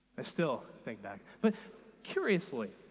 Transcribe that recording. i still think back. but curiously,